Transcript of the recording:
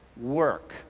work